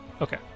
Okay